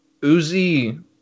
Uzi